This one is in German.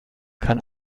kann